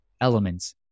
elements